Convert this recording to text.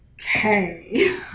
Okay